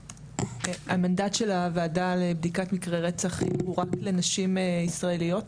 המנדט של הוועדה לבדיקת מקרי רצח הוא רק לנשים ישראליות.